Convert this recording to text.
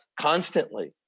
constantly